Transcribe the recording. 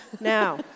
Now